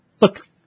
look